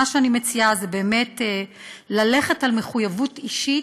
מה שאני מציעה זה ללכת על מחויבות אישית: